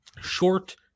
short